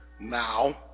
Now